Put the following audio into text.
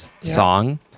song